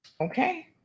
Okay